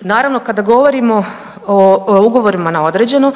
Naravno kada govorimo o ugovorima na određeno,